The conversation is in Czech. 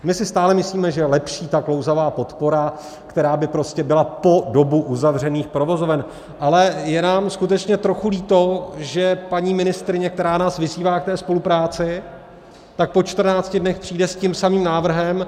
My si stále myslíme, že je lepší ta klouzavá podpora, která by prostě byla po dobu uzavřených provozoven, ale je nám skutečně trochu líto, že paní ministryně, která nás vyzývá k té spolupráci, tak po čtrnácti dnech přijde s tím samým návrhem.